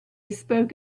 spoke